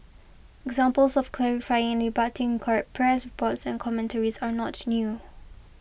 examples of clarifying and rebutting correct press reports and commentaries are not new